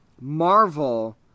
Marvel